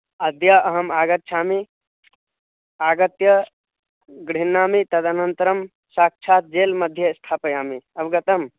अद्य अहम् आगच्छामि आगत्य गृह्णामि तदनन्तरं साक्षात् जेल् मध्ये स्थापयामि अवगतम्